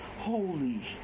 Holy